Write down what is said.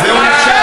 בזה הוא נכשל?